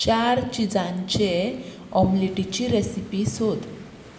चार चिजांचें ऑमलेटीची रॅसिपी सोद